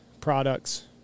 products